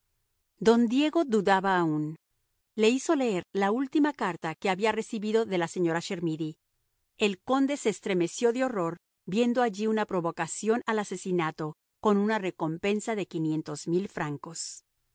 don diego dudaba aún le hizo leer la última carta que había recibido de la señora chermidy el conde se estremeció de horror viendo allí una provocación al asesinato con una recompensa de quinientos mil francos